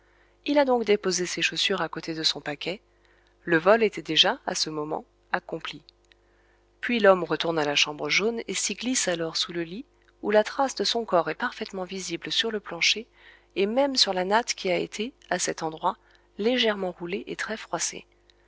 il a donc déposé ses chaussures à côté de son paquet le vol était déjà à ce moment accompli puis l'homme retourne à la chambre jaune et s'y glisse alors sous le lit où la trace de son corps est parfaitement visible sur le plancher et même sur la natte qui a été à cet endroit légèrement roulée et très froissée